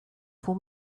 for